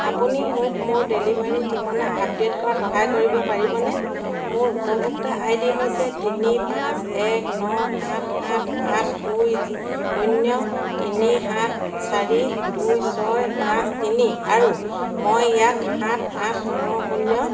আপুনি মোক মোৰ ডেলিভাৰী ঠিকনা আপডে'ট কৰাত সহায় কৰিব পাৰিবনে মোৰ উপভোক্তা আই ডি হৈছে তিনি পাঁচ এক ন সাত সাত আঠ দুই শূন্য তিনি সাত চাৰি দুই ছয় পাঁচ তিনি আৰু মই ইয়াক সাত আঠ ন শূন্য